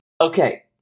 Okay